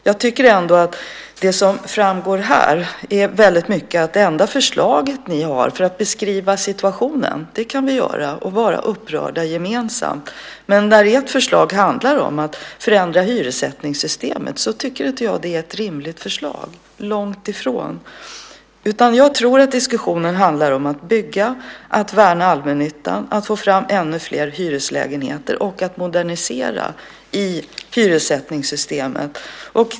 Jag tycker ändå att det som framgår här väldigt mycket är att ert enda förslag handlar om att förändra hyressättningssystemet. Vi kan beskriva situationen och vara upprörda gemensamt, men jag tycker inte att det är ett rimligt förslag, långt ifrån. Jag tror att diskussionen ska handla om att bygga, att värna allmännyttan, att få fram ännu fler hyreslägenheter och att modernisera i hyressättningssystemet.